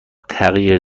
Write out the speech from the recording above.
تغییر